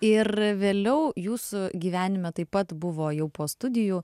ir vėliau jūsų gyvenime taip pat buvo jau po studijų